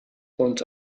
und